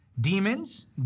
demons